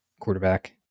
Quarterback